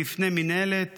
לפני מינהלת